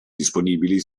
disponibili